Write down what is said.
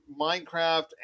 minecraft